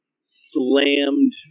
slammed